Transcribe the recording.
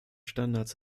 standards